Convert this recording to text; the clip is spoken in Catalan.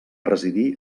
residir